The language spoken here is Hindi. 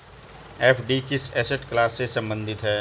एफ.डी किस एसेट क्लास से संबंधित है?